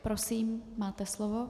Prosím, máte slovo.